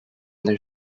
their